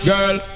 Girl